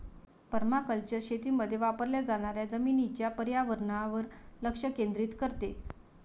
permaculture शेतीमध्ये वापरल्या जाणाऱ्या जमिनीच्या पर्यावरणावर लक्ष केंद्रित करते